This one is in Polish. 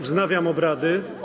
Wznawiam obrady.